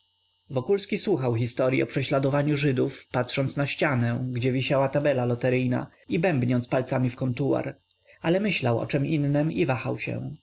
wokulski słuchał historyi o prześladowaniu żydów patrząc na ścianę gdzie wisiała tabelka loteryjna i bębniąc palcami w kontuar ale myślał o czem innem i wahał się